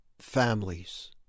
families